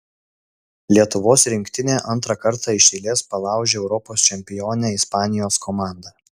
lietuvos rinktinė antrą kartą iš eilės palaužė europos čempionę ispanijos komandą